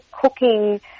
cooking